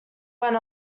went